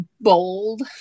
bold